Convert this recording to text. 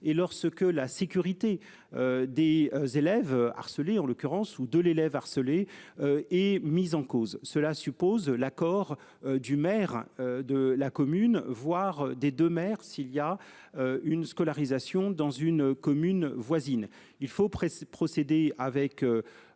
ce que la sécurité. Des élèves harcelés en l'occurrence ou de l'élève harcelé et mise en cause. Cela suppose l'accord du maire de la commune, voire des 2 s'il y a. Une scolarisation dans une commune voisine. Il faut procéder avec